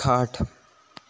खाट